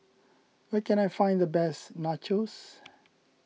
where can I find the best Nachos